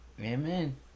Amen